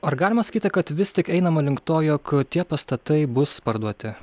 ar galima sakyti kad vis tik einama link to jog tie pastatai bus parduoti